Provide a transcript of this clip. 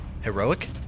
heroic